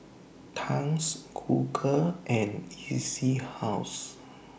Tangs Google and E C House